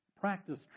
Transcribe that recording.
practice